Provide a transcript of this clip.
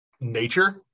nature